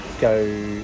go